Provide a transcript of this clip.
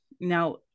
Now